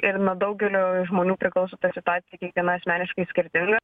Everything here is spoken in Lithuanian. ir nuo daugelio žmonių priklauso ta situacija kiekviena asmeniškai skirtinga